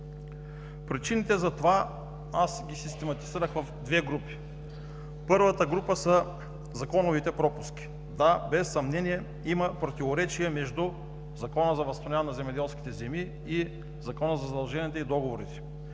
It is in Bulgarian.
причините за това в две групи. Първата група са законовите пропуски. Да, без съмнение има противоречие между Закона за възстановяване на земеделските земи и Закона за задълженията и договорите,